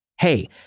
Hey